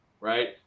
right